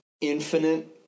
infinite